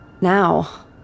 Now